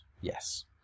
Yes